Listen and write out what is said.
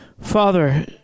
Father